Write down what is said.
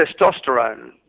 testosterone